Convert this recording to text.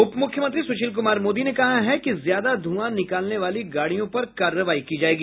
उपमुख्यमंत्री सुशील कुमार मोदी ने कहा है कि ज्यादा धुआ निकालने वाली गाड़ियों पर कार्रवाई की जायेगी